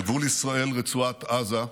על גבול ישראל רצועת עזה,